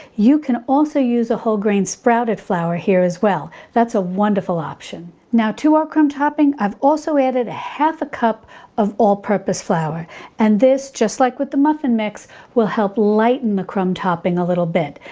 you can also use a whole grain sprouted flour here as well. that's a wonderful option. now to our crumb topping, i've also added a half a cup of all purpose flour and this just like with the muffin mix will help lighten the crumb topping a little bit.